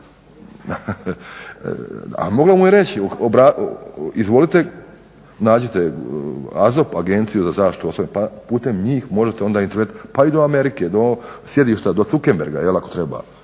A mogla mu je reći, izvolite nađite Agenciju za zaštitu osobnih podataka pa putem njih možete onda pa i do Amerike do sjedišta do Zuckenberge jel ako treba,